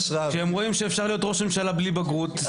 כשהם רואים שאפשר להיות ראש ממשלה בלי בגרות יש להם השראה.